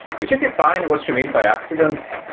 could you define what you mean by accident?